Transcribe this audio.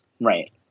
Right